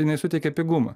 jinai suteikia pigumo